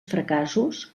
fracassos